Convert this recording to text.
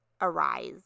arise